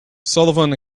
sullivan